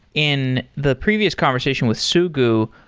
in the previous conversation with sugu,